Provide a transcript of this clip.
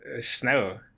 snow